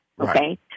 okay